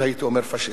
והייתי אומר פאשיסטי.